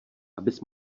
abys